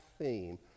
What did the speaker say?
theme